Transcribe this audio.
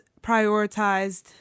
prioritized